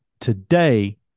today